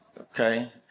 Okay